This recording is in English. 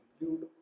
include